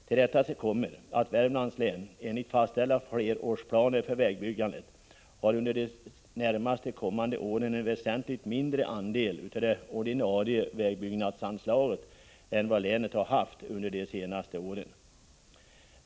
Till detta kommer att Värmlands län — enligt fastställda flerårsplaner för vägbyggandet — under de närmaste åren har en väsentligt mindre andel av det ordinarie vägbyggnadsanslaget än vad länet har haft under de senaste åren.